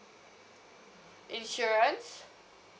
insurance